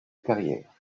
carrière